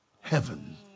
heaven